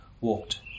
walked